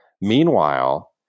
Meanwhile